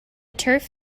turf